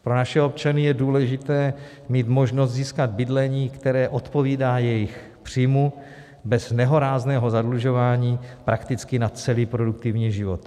Pro naše občany je důležité mít možnost získat bydlení, které odpovídá jejich příjmu, bez nehorázného zadlužování prakticky na celý produktivní život.